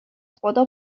خدا